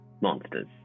monsters